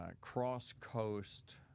cross-coast